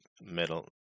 middle